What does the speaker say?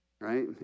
right